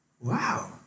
Wow